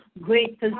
Great